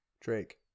drake